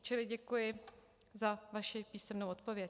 Čili děkuji za vaši písemnou odpověď.